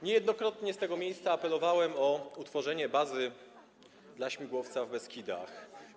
Niejednokrotnie z tego miejsca apelowałem o utworzenie bazy dla śmigłowca w Beskidach.